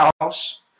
house